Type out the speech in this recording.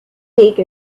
take